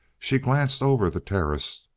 she glanced over the terrace,